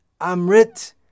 Amrit